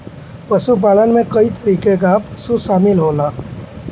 पशुपालन में कई तरीके कअ पशु शामिल होलन